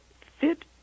fit